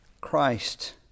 christ